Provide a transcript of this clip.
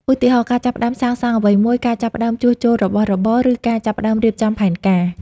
ឧទាហរណ៍ ការចាប់ផ្ដើមសាងសង់អ្វីមួយ ការចាប់ផ្ដើមជួសជុលរបស់របរ ឬការចាប់ផ្ដើមរៀបចំផែនការ។